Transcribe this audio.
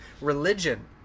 religion